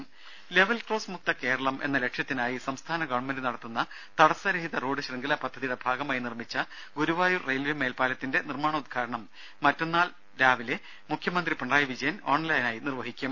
ടെട level cross മുക്ത കേരളം എന്ന ലക്ഷ്യത്തിനായി സംസ്ഥാന ഗവൺമെന്റ് നടത്തുന്ന തടസ്സ രഹിത റോഡ് ശൃംഖല പദ്ധതിയുടെ ഭാഗമായി ഗുരുവായൂർ റെയിൽവേ മേൽപ്പാലത്തിന്റെ നിർമാണോദ്ഘാടനം മറ്റന്നാൾ രാവിലെ മുഖ്യമന്ത്രി പിണറായി വിജയൻ ഓൺലൈനായി നിർവ്വഹിക്കും